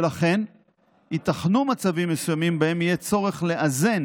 ולכן ייתכנו מצבים מסוימים שבהם יהיה צורך לאזן